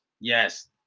yes